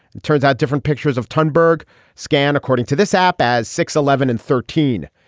it turns out different pictures of htun bourg scan according to this app, as six eleven and thirteen.